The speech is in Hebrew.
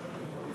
חברי הממשלה,